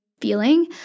feeling